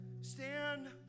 stand